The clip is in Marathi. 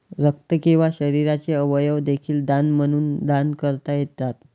रक्त किंवा शरीराचे अवयव देखील दान म्हणून दान करता येतात